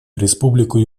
республику